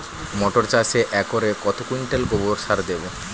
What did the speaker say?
মটর চাষে একরে কত কুইন্টাল গোবরসার দেবো?